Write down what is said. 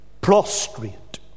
prostrate